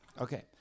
okay